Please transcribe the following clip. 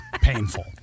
painful